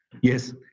Yes